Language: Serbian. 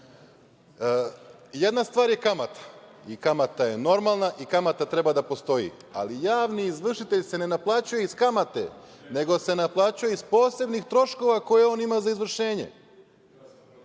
stvar je kamata i kamata je normalna i kamata treba da postoji, ali javni izvršitelj se ne naplaćuje iz kamate, nego se naplaćuje iz posebnih troškova koje on ima za izvršenje